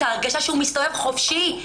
ההרגשה שהוא מסתובב חופשי.